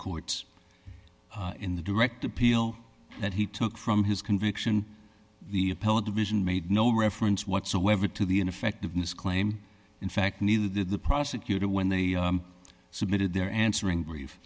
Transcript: courts in the direct appeal that he took from his conviction the appellate division made no reference whatsoever to the ineffectiveness claim in fact neither did the prosecutor when they submitted their answering brief